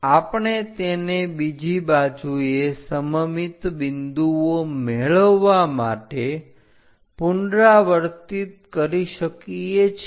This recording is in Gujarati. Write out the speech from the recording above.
આપણે તેને બીજી બાજુએ સમમિત બિંદુઓ મેળવવા માટે પુનરાવર્તિત કરી શકીએ છીએ